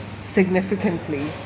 significantly